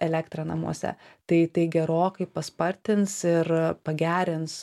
elektrą namuose tai tai gerokai paspartins ir pagerins